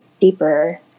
deeper